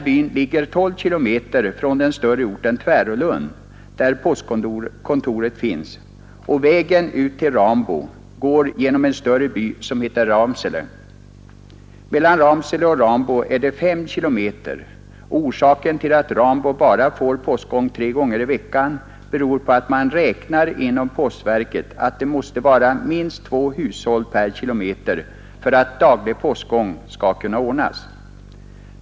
Byn ligger 12 kilometer från den större orten Tvärålund, där postkontoret finns, och vägen ut till Rambo går genom en större by som heter Ramsele. Mellan Ramsele och Rambo är det fem kilometer. Att Rambo får postgång bara tre gånger i veckan beror på att man inom postverket räknar med att det måste vara minst två hushåll per kilometer för att daglig postgång skall kunna ordnas.